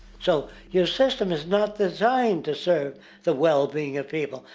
so your system is not designed to serve the well-being of people.